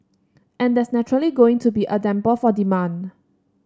and that's naturally going to be a damper for demand